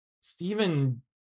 Stephen